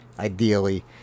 ideally